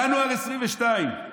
ינואר 2022,